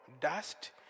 dust